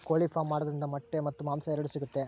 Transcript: ಕೋಳಿ ಫಾರ್ಮ್ ಮಾಡೋದ್ರಿಂದ ಮೊಟ್ಟೆ ಮತ್ತು ಮಾಂಸ ಎರಡು ಸಿಗುತ್ತೆ